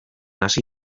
hasi